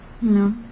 No